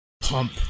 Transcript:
pump